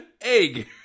Egg